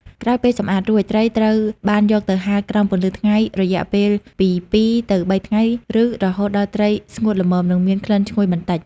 ក្រោយពេលសម្អាតរួច ត្រីត្រូវបានយកទៅហាលក្រោមពន្លឺថ្ងៃរយៈពេលពី ២ ទៅ ៣ ថ្ងៃ ឬរហូតដល់ត្រីស្ងួតល្មម និងមានក្លិនឈ្ងុយបន្តិច។